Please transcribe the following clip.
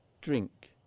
drink